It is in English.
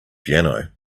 piano